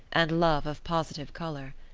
and love of positive colour.